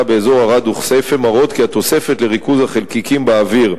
באזור ערד וכסייפה מראות כי התוספת לריכוז החלקיקים באוויר,